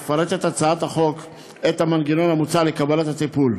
מפרטת הצעת החוק את המנגנון המוצע לקבלת הטיפול: